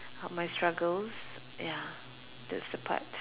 how my struggles ya that's the part